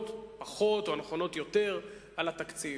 הנכונות פחות או נכונות יותר על התקציב,